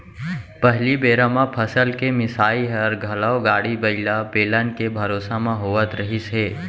पहिली बेरा म फसल के मिंसाई हर घलौ गाड़ी बइला, बेलन के भरोसा म होवत रहिस हे